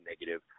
negative